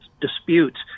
disputes